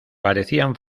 parecían